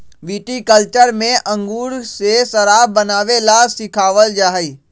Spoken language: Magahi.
विटीकल्चर में अंगूर से शराब बनावे ला सिखावल जाहई